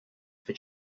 for